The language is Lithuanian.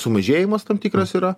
sumažėjimas tam tikras yra